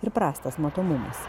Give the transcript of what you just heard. ir prastas matomumas